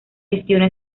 gestiona